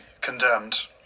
condemned